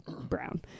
Brown